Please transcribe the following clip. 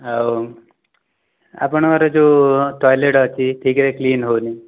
ଆଉ ଆପଣଙ୍କର ଯେଉଁ ଟଇଲେଟ ଅଛି ଠିକରେ କ୍ଲୀନ୍ ହେଉନାହିଁ